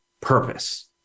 purpose